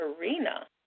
arena